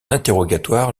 interrogatoire